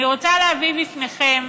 אני רוצה להביא בפניכם,